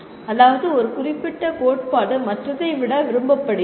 அதாவது ஒரு குறிப்பிட்ட கோட்பாடு மற்றதை விட விரும்பப்படுகிறது